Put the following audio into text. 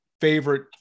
favorite